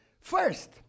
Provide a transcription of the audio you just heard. First